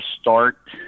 start